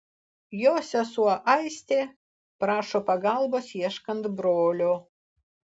jo sesuo aistė prašo pagalbos ieškant brolio